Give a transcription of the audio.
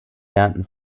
lernten